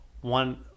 one